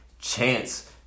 Chance